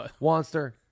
Monster